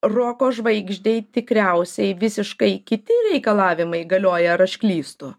roko žvaigždei tikriausiai visiškai kiti reikalavimai galioja ar aš klystų